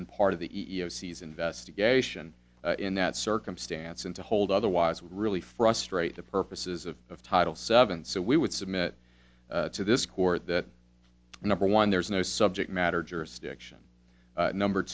been part of the e e o c is investigation in that circumstance and to hold otherwise would really frustrate the purposes of title seven so we would submit to this court that number one there's no subject matter jurisdiction number